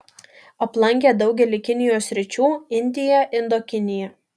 aplankė daugelį kinijos sričių indiją indokiniją